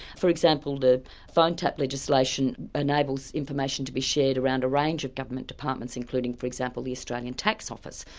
for example, the phone tap legislation enables information to be shared around a range of government departments, including for example the australian tax office,